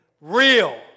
real